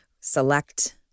select